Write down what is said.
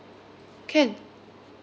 can